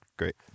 Great